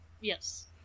Yes